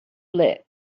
lit